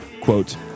quote